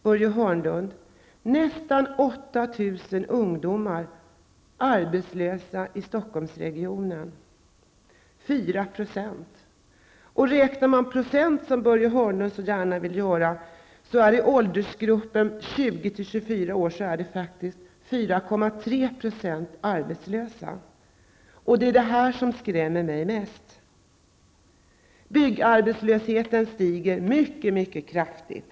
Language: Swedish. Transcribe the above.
Börje Hörnlund, nästan 8 000 ungdomar är arbetslösa i Stockholmsregionen. Det är 4 %. Räknar man procent, som Börje Hörnlund så gärna vill göra, innebär detta faktiskt, i åldersgruppen 20--24 år, 4,3 % arbetslösa. Det är detta som skrämmer mig mest. Byggarbetslösheten stiger mycket kraftigt.